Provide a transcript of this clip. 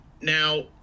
now